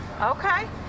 okay